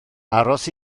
aros